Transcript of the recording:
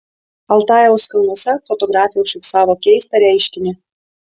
altajaus kalnuose fotografė užfiksavo keistą reiškinį